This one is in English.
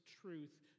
truth